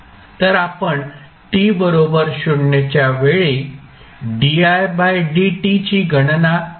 तर आपण t बरोबर 0 च्यावेळी ची गणना केली पाहिजे